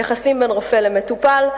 יחסים בין רופא למטופל,